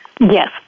Yes